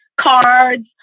cards